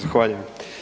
Zahvaljujem.